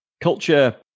culture